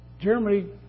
Germany